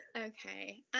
Okay